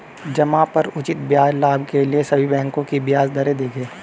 जमा पर उचित ब्याज लाभ के लिए सभी बैंकों की ब्याज दरें देखें